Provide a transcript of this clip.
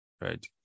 right